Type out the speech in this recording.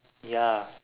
ya